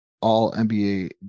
All-NBA